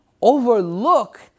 overlook